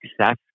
success